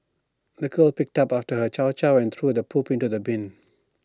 the girl picked up after her chow chow and threw the poop into the bin